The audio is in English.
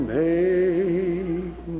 make